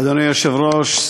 אדוני היושב-ראש,